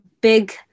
big